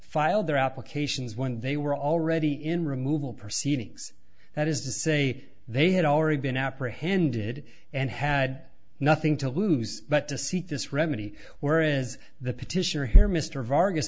filed their applications when they were already in removal proceedings that is to say they had already been apprehended and had nothing to lose but to seek this remedy where is the petitioner here mr vargas